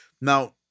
Now